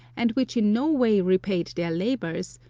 and which in no way repaid their labours,